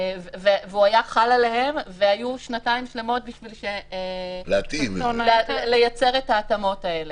והוא היה חל עליהם והיו שנתיים שלמות לייצר את ההתאמות האלה.